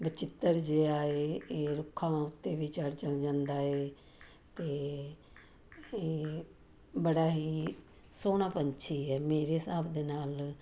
ਬਚਿੱਤਰ ਜਿਹਾ ਹੈ ਇਹ ਰੁੱਖਾਂ 'ਤੇ ਵੀ ਚੜ੍ਹ ਚ ਜਾਂਦਾ ਹੈ ਅਤੇ ਇਹ ਬੜਾ ਹੀ ਸੋਹਣਾ ਪੰਛੀ ਹੈ ਮੇਰੇ ਹਿਸਾਬ ਦੇ ਨਾਲ